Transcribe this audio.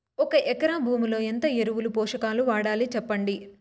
ఒక ఎకరా భూమిలో ఎంత ఎరువులు, పోషకాలు వాడాలి సెప్పండి?